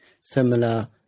similar